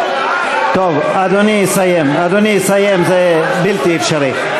די, די, טוב, אדוני יסיים, זה בלתי אפשרי.